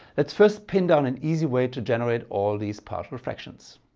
let's first pin down an easy way to generate all these partial fractions.